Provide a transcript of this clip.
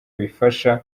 bifasha